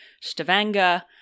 Stavanger